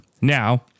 Now